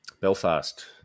Belfast